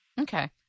Okay